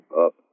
Up